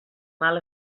mal